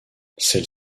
celle